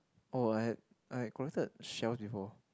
oh I had I had collected shells before